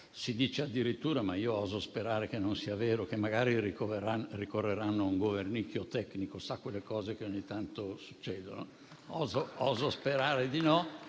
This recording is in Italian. si dice, ma io oso sperare che non sia vero, che magari ricorreranno ad un governicchio tecnico: quelle cose che ogni tanto succedono. Io oso sperare di no.